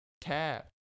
tab